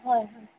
হয় হয়